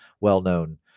well-known